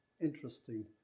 interesting